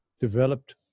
developed